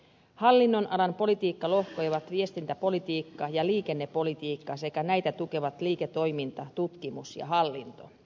hallinnonalan politiikkalohkoja ovat viestintäpolitiikka ja liikennepolitiikka sekä näitä tukevat liiketoiminta tutkimus ja hallinto